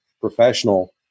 professional